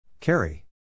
Carry